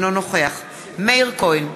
אינו נוכח מאיר כהן,